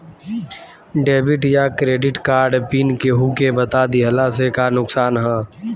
Debit या credit card pin केहूके बता दिहला से का नुकसान ह?